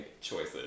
choices